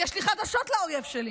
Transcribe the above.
יש לי חדשות לאויב שלי: